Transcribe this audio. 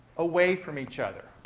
away from each other.